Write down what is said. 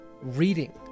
reading